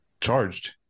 charged